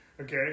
okay